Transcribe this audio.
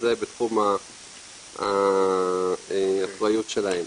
שזה בתחום האחריות שלהם.